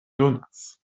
donas